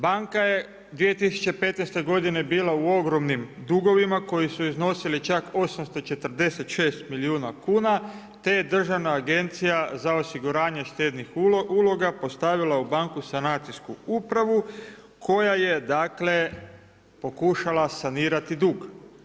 Banka je 2015. godine bila u ogromnim dugovima koji su iznosili čak 846 milijuna kuna, te Državna agencija za osiguranje štednih uloga postavila u banku sanacijsku upravu koja je dakle, pokušala sanirati dug.